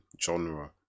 genre